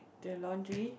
the laundry